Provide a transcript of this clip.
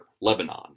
Lebanon